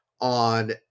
on